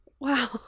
Wow